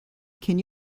can